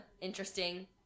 interesting